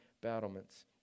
battlements